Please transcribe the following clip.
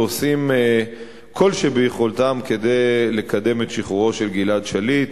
ועושים כל שביכולתם כדי לקדם את שחרורו של גלעד שליט,